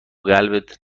قلبت